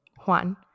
Juan